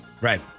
Right